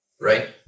right